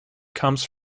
comes